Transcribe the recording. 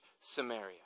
Samaria